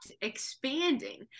expanding